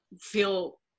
feel